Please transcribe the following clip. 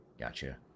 Gotcha